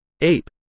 Ape